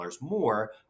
more